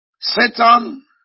Satan